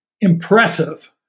impressive